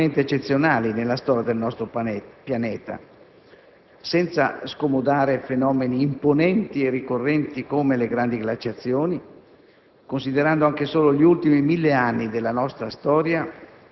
Cambiamenti climatici di questo tipo non sono assolutamente eccezionali nella storia del nostro pianeta. Senza scomodare fenomeni imponenti e ricorrenti come le grandi glaciazioni,